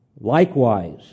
Likewise